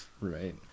right